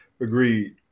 Agreed